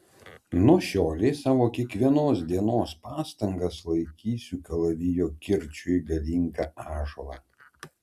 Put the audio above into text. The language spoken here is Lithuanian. nuo šiolei savo kiekvienos dienos pastangas laikysiu kalavijo kirčiu į galingą ąžuolą